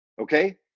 Okay